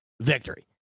victory